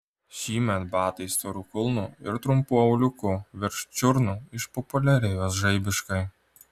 šįmet batai storu kulnu ir trumpu auliuku virš čiurnų išpopuliarėjo žaibiškai